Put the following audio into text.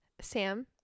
Sam